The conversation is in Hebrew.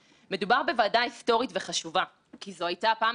בעלי הילה קיבלו הלוואות של מיליארדים שוב ושוב ללא כל